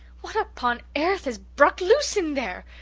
what upon airth has bruk loose in there?